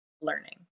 learning